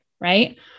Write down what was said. right